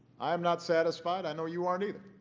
i am not satisfied i know you aren't either.